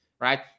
right